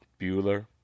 Bueller